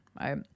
right